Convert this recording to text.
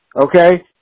Okay